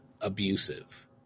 abusive